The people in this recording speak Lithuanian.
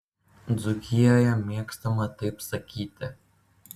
dzūkijoje mėgstama taip sakyti